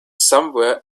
somewhere